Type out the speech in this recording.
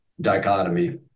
dichotomy